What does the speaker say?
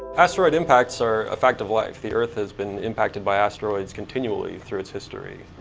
asteroid impacts are a fact of life. the earth has been impacted by asteroids continually through its history.